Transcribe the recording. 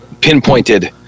pinpointed